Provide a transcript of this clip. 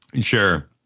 Sure